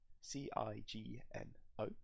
C-I-G-N-O